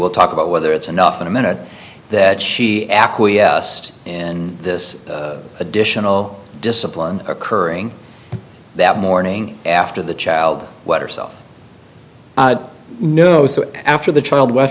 we'll talk about whether it's enough in a minute that she acquiesced in this additional discipline occurring that morning after the child whether self no so after the child we